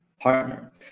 partner